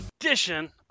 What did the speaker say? edition